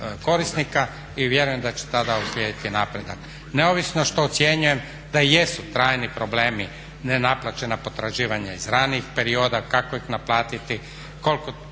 korisnika i vjerujem da će tada uslijediti i napredak. Neovisno što ocjenjujem da jesu trajni problemi nenaplaćena potraživanja iz ranijih perioda, kako ih naplatiti, koliko